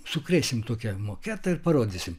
sukrėsim tokia moketą ir parodysim